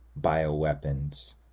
bioweapons